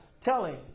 telling